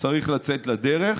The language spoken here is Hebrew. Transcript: צריך לצאת לדרך.